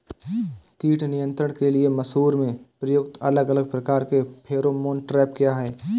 कीट नियंत्रण के लिए मसूर में प्रयुक्त अलग अलग प्रकार के फेरोमोन ट्रैप क्या है?